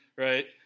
Right